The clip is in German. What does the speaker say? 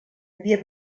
wir